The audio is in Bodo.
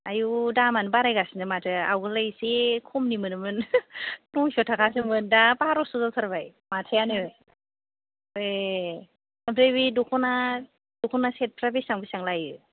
आयु दामानो बारायगासिनो माथो आवगोललाय एसे खमनि मोनोमोन नयस' थाखासोमोन दा बारस' जाथारबाय माथायानो ए ओमफ्राय बे दख'ना दख'ना सेथफ्रा बेसेबां बेसेबां लायो